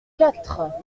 quatre